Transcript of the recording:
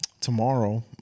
tomorrow